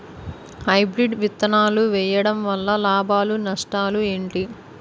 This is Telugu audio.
హైబ్రిడ్ విత్తనాలు వేయటం వలన లాభాలు నష్టాలు ఏంటి?